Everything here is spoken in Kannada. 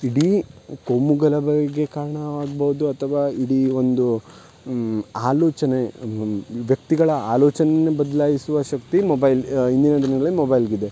ಇಡೀ ಕೋಮುಗಲಭೆಗೆ ಕಾರಣವಾಗ್ಬೌದು ಅಥವಾ ಇಡೀ ಒಂದು ಆಲೋಚನೆ ವ್ಯಕ್ತಿಗಳ ಆಲೋಚನೆನೇ ಬದಲಾಯಿಸುವ ಶಕ್ತಿ ಮೊಬೈಲ್ ಇಂದಿನ ದಿನಗಳಲ್ಲಿ ಮೊಬೈಲ್ಗಿದೆ